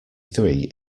three